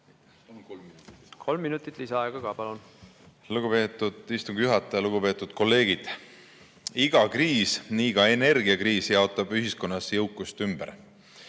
Kolm minutit lisaaega, palun. Lugupeetud istungi juhataja! Lugupeetud kolleegid! Iga kriis, nii ka energiakriis, jaotab ühiskonnas jõukust ümber.